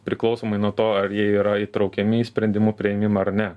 priklausomai nuo to ar jie yra įtraukiami į sprendimų priėmimą ar ne